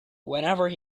whenever